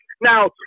Now